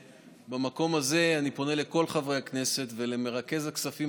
ובמקום הזה אני פונה לכל חברי הכנסת ולמרכז הכספים